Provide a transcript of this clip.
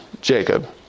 Jacob